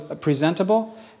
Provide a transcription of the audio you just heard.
presentable